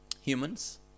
Humans